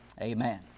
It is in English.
Amen